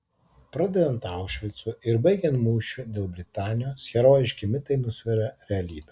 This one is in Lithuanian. pradedant aušvicu ir baigiant mūšiu dėl britanijos herojiški mitai nusveria realybę